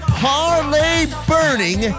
parlay-burning